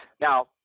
Now